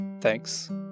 Thanks